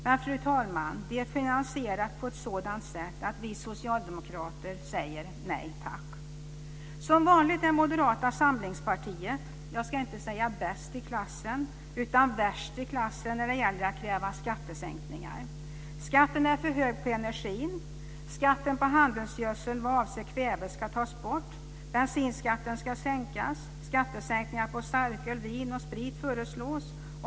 Men de är finansierade på ett sådant sätt att vi socialdemokrater säger nej tack. Som vanligt är Moderata samlingspartiet, jag ska inte säga bäst i klassen utan värst i klassen när det gäller att kräva skattesänkningar. Skatten är för hög på energin. Skatten på handelsgödsel vad avser kväve ska tas bort. Bensinskatten ska sänkas. Skattesänkningar på starköl, vin och sprit föreslås.